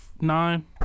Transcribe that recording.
nine